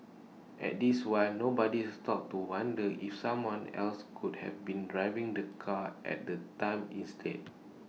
at this one nobody stopped to wonder if someone else could have been driving the car at the time instead